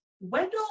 Wendell